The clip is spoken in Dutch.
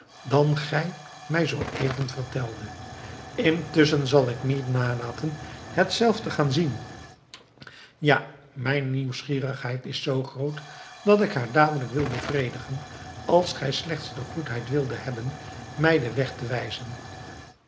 dan gij mij zooeven verteldet intusschen zal ik niet nalaten het zelf te gaan zien ja mijn nieuwsgierigheid is zoo groot dat ik haar dadelijk wil bevredigen als gij slechts de goedheid wildet hebben mij den weg te wijzen